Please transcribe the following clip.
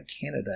Canada